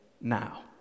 now